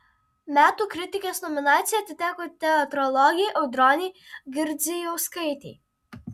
metų kritikės nominacija atiteko teatrologei audronei girdzijauskaitei